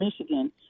michigan